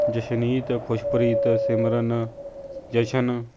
Jashneet Khushpreet Simran Jashan